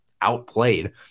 outplayed